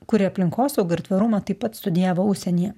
kuri aplinkosaugą ir tvarumą taip pat studijavo užsienyje